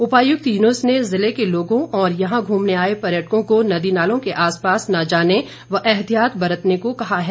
उपायुक्त युनूस ने जिले के लोगों और यहां घूमने आए पर्यटकों को नदी नालों के आसपास न जाने व एहतियात बरतने को कहा है